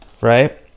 right